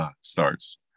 starts